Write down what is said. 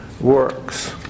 works